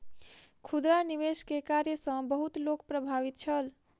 खुदरा निवेश के कार्य सॅ बहुत लोक प्रभावित छल